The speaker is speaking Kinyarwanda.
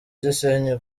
gisenyi